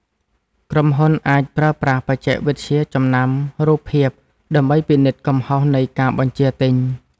ក្រុមហ៊ុនអាចប្រើប្រាស់បច្ចេកវិទ្យាចំណាំរូបភាព ដើម្បីពិនិត្យកំហុសនៃការបញ្ជាទិញ។